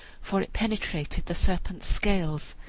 for it penetrated the serpent's scales,